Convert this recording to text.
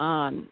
on